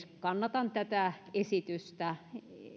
kannatan tätä esitystä